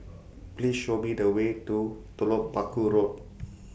Please Show Me The Way to Telok Paku Road